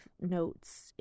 notes